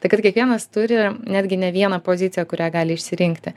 tai kad kiekvienas turi netgi ne vieną poziciją kurią gali išsirinkti